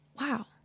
wow